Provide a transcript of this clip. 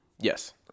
yes